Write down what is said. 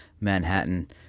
Manhattan